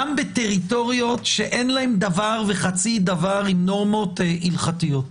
גם בטריטוריות שאין להן דבר וחצי דבר עם נורמות הלכתיות.